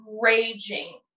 raging